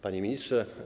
Panie Ministrze!